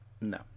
No